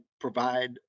provide